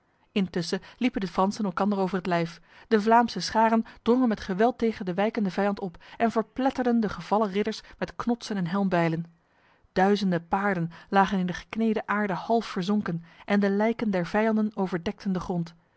intussen liepen de fransen elkander over het lijf de vlaamse scharen drongen met geweld tegen de wijkende vijand op en verpletterden de gevallen ridders met knotsen en helmbijlen duizenden paarden lagen in de geknede aarde half verzonken en de lijken der vijanden overdekten de